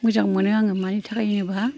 मोजां मोनो आङो मानि थाखाय होनो बा